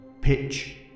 pitch